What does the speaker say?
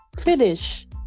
finish